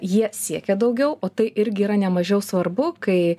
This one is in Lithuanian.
jie siekia daugiau o tai irgi yra nemažiau svarbu kai